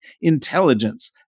intelligence